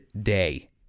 day